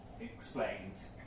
explains